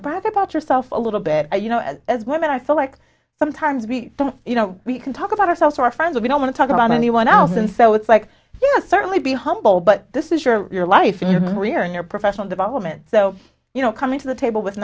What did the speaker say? brag about yourself a little bit you know as women i feel like sometimes we you know we can talk about ourselves or our friends we don't want to talk about anyone else and so it's like certainly be humble but this is your your life your rearing your professional development so you know coming to the table with